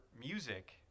music